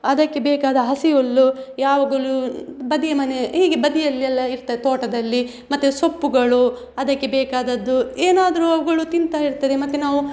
ಅದಕ್ಕೆ ಬೇಕಾದ ಹಸಿ ಹುಲ್ಲು ಯಾವಾಗಲೂ ಬದಿಯ ಮನೆ ಹೀಗೆ ಬದಿಯಲ್ಲಿ ಎಲ್ಲ ಇರ್ತದೆ ತೋಟದಲ್ಲಿ ಮತ್ತೆ ಸೊಪ್ಪುಗಳು ಅದಕ್ಕೆ ಬೇಕಾದದ್ದು ಏನಾದರೂ ಅವುಗಳು ತಿಂತಾ ಇರ್ತದೆ ಮತ್ತೆ ನಾವು